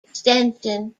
extension